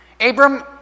Abram